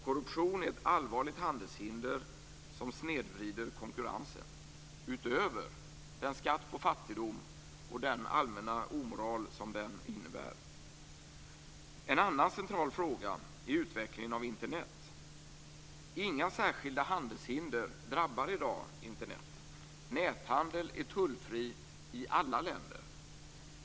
Korruption är, utöver den skatt på fattigdom och den allmänna omoral som den innebär, ett allvarligt handelshinder som snedvrider konkurrensen. En annan central fråga är utvecklingen av Internet. Inga särskilda handelshinder drabbar i dag Internet. Näthandel är tullfri i alla länder.